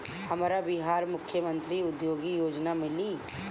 हमरा बिहार मुख्यमंत्री उद्यमी योजना मिली?